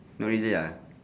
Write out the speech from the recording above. no easy ah